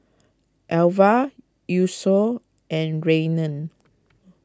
Elva Yosef and Rainen